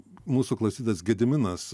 mūsų klausytojas gediminas